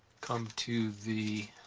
come to the